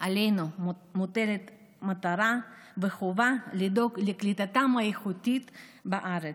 עלינו מוטלת מטרה וחובה לדאוג לקליטתם האיכותית בארץ.